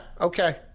okay